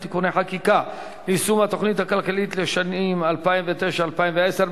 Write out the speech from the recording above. (תיקוני חקיקה ליישום התוכנית הכלכלית לשנים 2009 ו-2010)?